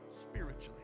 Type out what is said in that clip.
spiritually